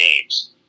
games